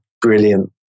brilliant